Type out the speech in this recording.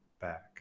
back